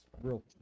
real